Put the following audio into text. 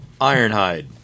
Ironhide